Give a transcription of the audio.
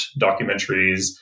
documentaries